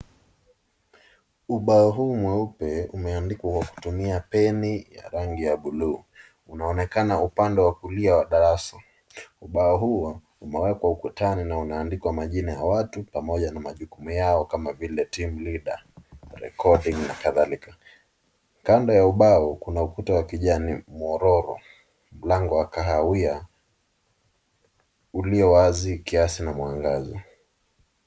Ubao huu mweupe umeandikwa kwa kutumia peni ya rangi ya blue. Unaonekana upande wa kulia wa darasa. Ubao huo umewekwa ukutani na unaandikwa majina ya watu pamoja na majukumu yao kama vile team leader , recording na kadhalika. Kando ya ubao kuna ukuta wa kijani murororo. Mlango wa kahawia ulio wazi kiasi na mwangaza.